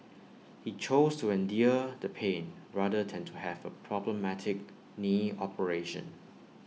he chose to endure the pain rather than to have A problematic knee operation